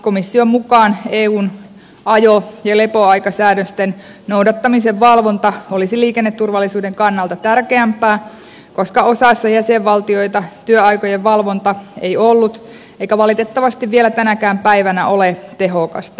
komission mukaan eun ajo ja lepoaikasäädösten noudattamisen valvonta olisi liikenneturvallisuuden kannalta tärkeämpää koska osassa jäsenvaltioita työaikojen valvonta ei ollut eikä valitettavasti vielä tänäkään päivänä ole tehokasta